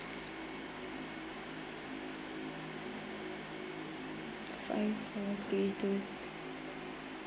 five four three two